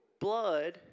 blood